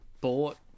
bought